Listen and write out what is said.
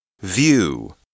View